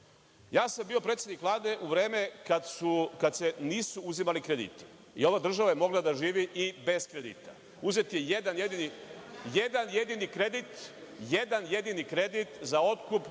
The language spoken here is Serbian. Bio sam predsednik Vlade u vreme kada se nisu uzimali krediti i ova država je mogla da živi i bez kredita. Uzet je jedan jedini kredit za otkup